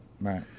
Right